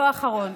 לא האחרון,